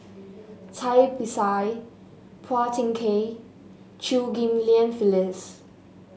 Cai Bixia Phua Thin Kiay Chew Ghim Lian Phyllis